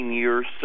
years